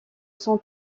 son